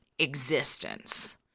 Existence